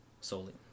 solely